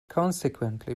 consequently